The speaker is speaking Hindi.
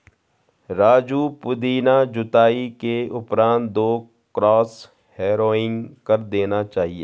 राजू पुदीना जुताई के उपरांत दो क्रॉस हैरोइंग कर देना चाहिए